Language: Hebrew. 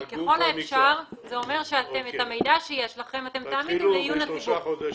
"ככל האפשר" זה אומר שאת המידע שיש להם תעמידו לעיון הציבור.